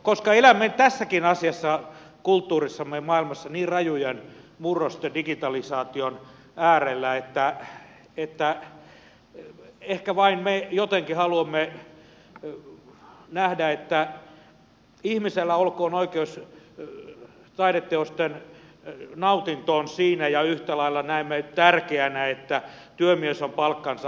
koska elämme tässäkin asiassa kulttuurissamme ja maailmassa niin rajujen murrosten digitalisaation äärellä ehkä me vain jotenkin haluamme nähdä että ihmisellä olkoon oikeus taideteosten nautintoon siinä ja yhtä lailla näemme tärkeänä että työmies on palkkansa ansainnut